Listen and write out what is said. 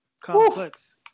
complex